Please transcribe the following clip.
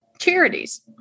charities